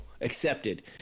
accepted